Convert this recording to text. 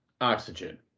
Oxygen